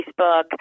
Facebook